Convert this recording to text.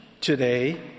today